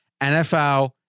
NFL